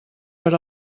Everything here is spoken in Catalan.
per